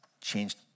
changed